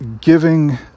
giving